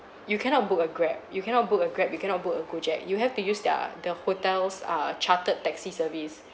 you cannot book a grab you cannot book a grab you cannot book a gojek you have to use their the hotel's err chartered taxi service